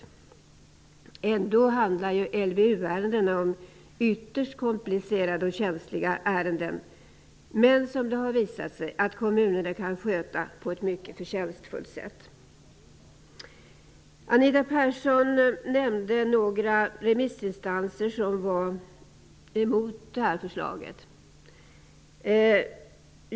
LVU ärendena handlar ändå om ytterst komplicerade och känsliga ärenden. Men det har visat sig att kommunerna kan sköta dem på ett mycket förtjänstfullt sätt. Anita Persson nämnde några remissinstanser som var emot förslaget.